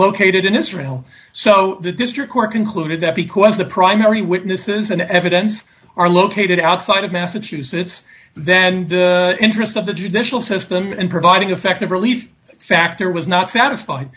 located in this room so the district court concluded that because the primary witnesses and evidence are located outside of massachusetts then the interest of the judicial system in providing effective relief factor was not satisfied